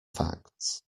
facts